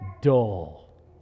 dull